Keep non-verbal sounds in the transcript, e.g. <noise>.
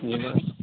<unintelligible>